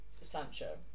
Sancho